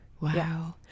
Wow